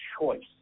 choice